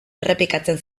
errepikatzen